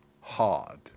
hard